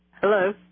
Hello